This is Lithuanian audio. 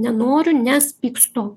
nenoriu nes pykstu